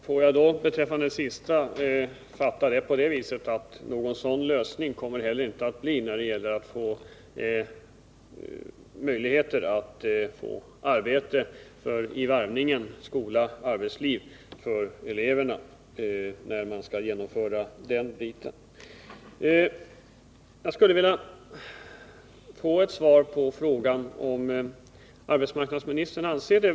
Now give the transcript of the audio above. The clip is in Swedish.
Herr talman! Får jag fatta det sista så att någon sådan lösning kommer det heller inte att bli när det gäller möjligheten att få arbete i varvningen skola-arbetsliv för eleverna, när man skall genomföra den biten.